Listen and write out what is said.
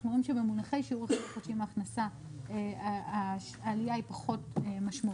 אנחנו רואים שבמונחי שיעור החזר חודשי מהכנסה העלייה היא פחות משמעותית.